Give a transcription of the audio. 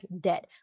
dead